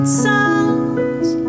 songs